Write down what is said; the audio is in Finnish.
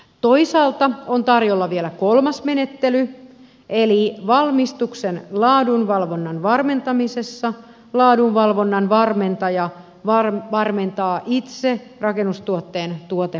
toisaalta on tarjolla vielä kolmas menettely eli valmistuksen laadunvalvonnan varmentamisessa laadunvalvonnan varmentaja varmentaa itse rakennustuotteen tuoteprosessin